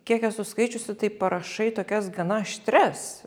kiek esu skaičiusi taip parašai tokias gana aštrias